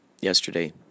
yesterday